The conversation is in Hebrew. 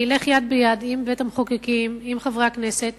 וילך יד ביד עם בית-המחוקקים, עם חברי הכנסת,